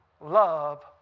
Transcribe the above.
love